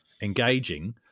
engaging